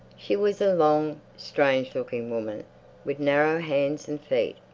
she was a long, strange-looking woman with narrow hands and feet.